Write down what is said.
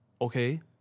Okay